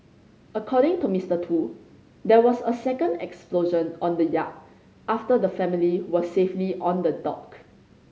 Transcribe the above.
according to Mister Tu there was a second explosion on the yacht after the family were safely on the dock